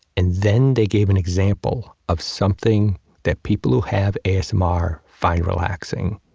and then, they gave an example of something that people who have asmr find relaxing.